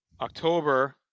October